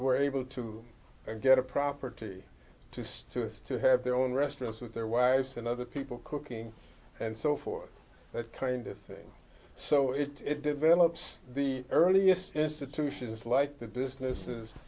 were able to get a property just to have their own restaurants with their wives and other people cooking and so forth that kind of thing so it it develops the earliest institutions like the businesses